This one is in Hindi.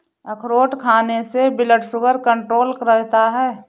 अखरोट खाने से ब्लड शुगर कण्ट्रोल रहता है